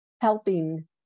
helping